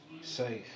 safe